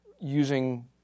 using